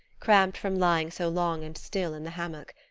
cramped from lying so long and still in the hammock.